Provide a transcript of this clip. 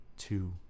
two